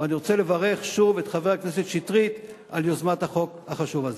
ואני רוצה לברך את חבר הכנסת שטרית על יוזמת החוק החשוב הזה.